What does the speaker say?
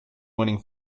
winning